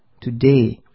today